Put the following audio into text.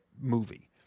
movie